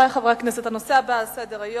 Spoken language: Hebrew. חברי חברי הכנסת, הנושא הבא על סדר-היום: